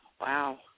Wow